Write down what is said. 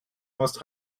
must